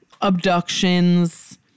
abductions